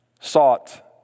sought